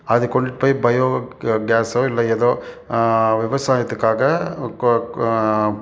அது கொண்டுகிட்டு போய் பையோ கே கேஸோ இல்லை ஏதோ விவசாயத்துக்காக கொ கொ